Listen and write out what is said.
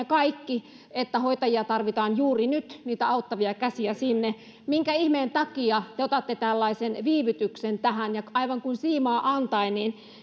kaikki että hoitajia tarvitaan juuri nyt niitä auttavia käsiä sinne minkä ihmeen takia te otatte tällaisen viivytyksen tähän ja aivan kuin siimaa antaen